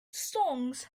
songs